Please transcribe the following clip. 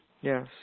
Yes